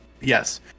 yes